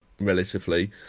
relatively